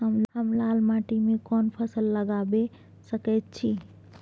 हम लाल माटी में कोन फसल लगाबै सकेत छी?